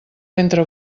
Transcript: ventre